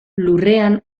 lurrean